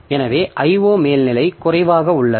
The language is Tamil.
எனவே IO மேல்நிலை குறைவாக உள்ளது